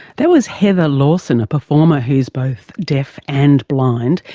that was heather lawson, a performer who's both deaf and blind,